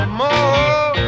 more